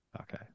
Okay